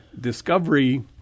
discovery